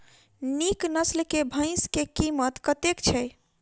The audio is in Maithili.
नीक नस्ल केँ भैंस केँ कीमत कतेक छै?